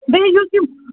بیٚیہِ یُس یہِ